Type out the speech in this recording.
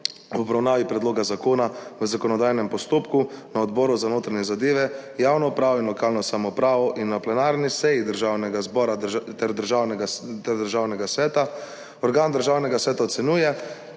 ob obravnavi predloga zakona v zakonodajnem postopku na Odboru za notranje zadeve, javno upravo in lokalno samoupravo in na plenarni seji Državnega zbora ter Državnega sveta, organ Državnega sveta ocenjuje,